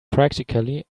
practically